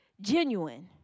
genuine